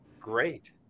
great